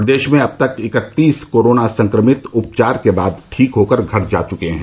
प्रदेश में अब तक इकत्तीस कोरोना संक्रमित उपचार के बाद ठीक होकर घर जा चुके है